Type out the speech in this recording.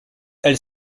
elle